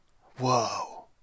Whoa